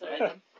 right